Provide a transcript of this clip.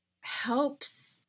helps